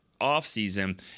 offseason